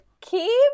keep